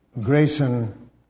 Grayson